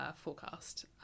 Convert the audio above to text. forecast